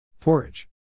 Porridge